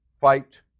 fight